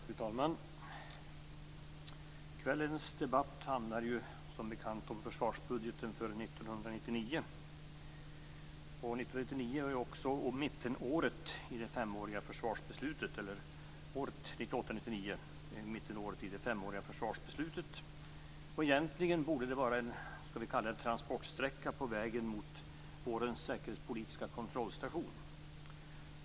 Fru talman! Kvällens debatt handlar som bekant om försvarsbudgeten för 1999. År 1998/99 är också mittenåret i det femåriga försvarsbeslutet. Egentligen borde det vara en transportsträcka på vägen mot vårens säkerhetspolitiska kontrollstation.